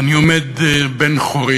אני עומד בן-חורין